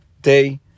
day